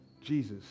Jesus